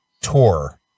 tour